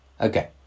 Okay